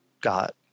got